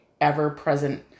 ever-present